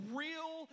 real